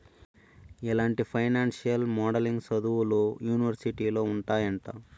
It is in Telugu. ఇలాంటి ఫైనాన్సియల్ మోడలింగ్ సదువులు యూనివర్సిటీలో ఉంటాయంట